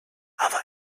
other